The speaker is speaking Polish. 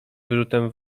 wyrzutem